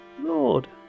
Lord